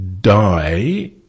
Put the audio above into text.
die